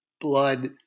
blood